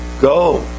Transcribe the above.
Go